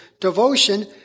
devotion